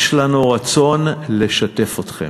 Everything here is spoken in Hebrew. יש לנו רצון לשתף אתכם.